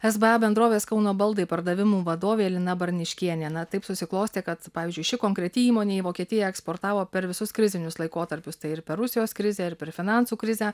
sba bendrovės kauno baldai pardavimų vadovė lina barniškienė na taip susiklostė kad pavyzdžiui ši konkreti įmonė į vokietiją eksportavo per visus krizinius laikotarpius tai ir per rusijos krizę ir per finansų krizę